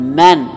men